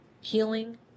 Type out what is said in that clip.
healing